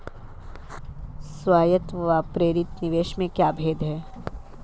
स्वायत्त व प्रेरित निवेश में क्या भेद है?